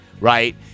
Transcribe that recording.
Right